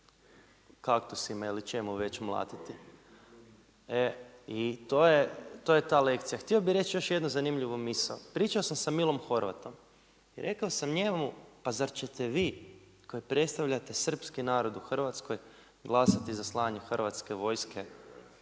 kaktusima ili čemu već mlatiti. E i to je ta lekcija. Htio bih reći još jednu zanimljivu misao. Pričao sam sa Milom Horvatom i rekao sam njemu pa zar ćete vi koji predstavljate srpski narod u Hrvatskoj glasati za slanje Hrvatske vojske